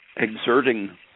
exerting